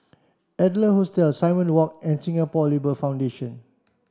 Adler Hostel Simon Walk and Singapore Labour Foundation